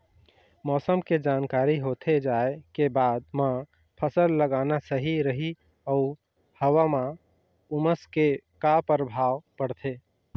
मौसम के जानकारी होथे जाए के बाद मा फसल लगाना सही रही अऊ हवा मा उमस के का परभाव पड़थे?